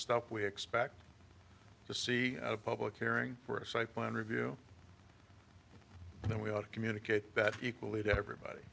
stuff we expect to see a public hearing for a site plan review and we ought to communicate that equally to everybody